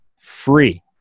free